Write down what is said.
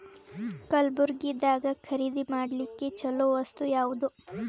ಕಲಬುರ್ಗಿದಾಗ ಖರೀದಿ ಮಾಡ್ಲಿಕ್ಕಿ ಚಲೋ ವಸ್ತು ಯಾವಾದು?